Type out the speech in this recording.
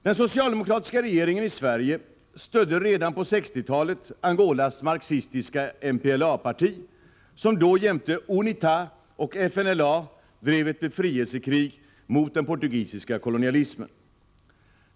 Den socialdemokratiska regeringen i Sverige stödde redan på 1960-talet Angolas marxistiska MPLA-parti, som jämte UNITA och FNLA drev ett befrielsekrig mot den portugisiska kolonialismen.